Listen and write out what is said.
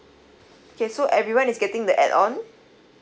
okay so everyone is getting the add on